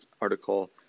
article